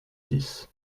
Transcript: dix